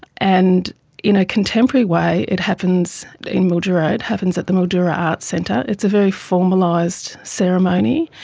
and in a contemporary way it happens in mildura, it happens at the mildura arts centre, it's a very formalised ceremony,